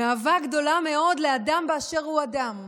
מאהבה גדולה מאוד לאדם באשר הוא אדם,